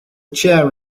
chair